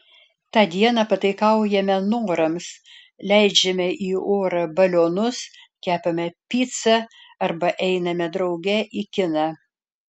tą dieną pataikaujame norams leidžiame į orą balionus kepame picą arba einame drauge į kiną